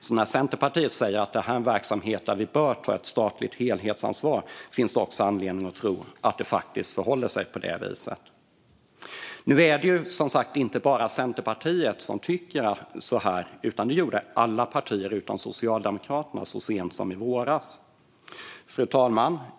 Så när Centerpartiet säger att detta är en verksamhet där vi bör ta ett statligt helhetsansvar finns det anledning att tro att det faktiskt förhåller sig på det viset. Nu är det som sagt inte bara Centerpartiet som tycker så här, utan det gjorde alla partier utom Socialdemokraterna så sent som i våras. Fru talman!